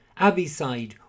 Abbeyside